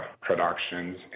productions